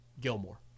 Gilmore